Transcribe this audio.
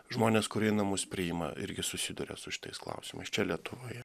žmonės kurie į namus priima irgi susiduria su šitais klausimais čia lietuvoje